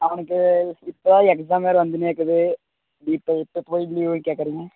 அவனுக்கு இப்போ எக்ஸாம் வேறு வந்துன்னே இருக்குது இப்போ இப்போ போய் லீவு கேட்கறீங்க